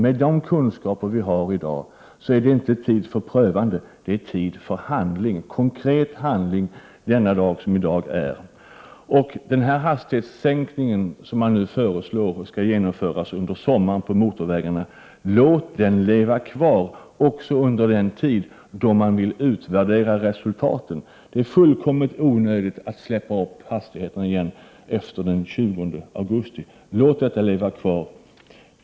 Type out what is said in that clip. Med de kunskaper vi har i dag är det inte tid för prövande. Det är tid för handling, konkret handling den dag som i dag är. Låt den hastighetssänkning som man nu föreslår skall genomföras under sommaren på motorvägarna bli kvar också under den tid då man vill utvärdera resultatet. Det är fullkomligt onödigt att släppa upp hastigheten igen efter den 20 augusti.